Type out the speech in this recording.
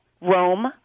Rome